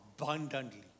abundantly